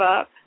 up